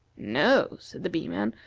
no, said the bee-man.